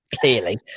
clearly